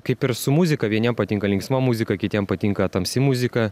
kaip ir su muzika vieniem patinka linksma muzika kitiem patinka tamsi muzika